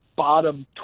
bottom